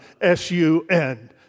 S-U-N